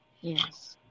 Yes